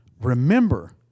remember